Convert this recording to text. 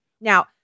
Now